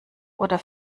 oder